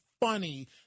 funny